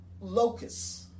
locusts